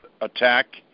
attack